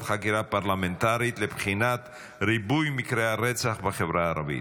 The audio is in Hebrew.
חקירה פרלמנטרית לבחינת ריבוי מקרי הרצח בחברה הערבית.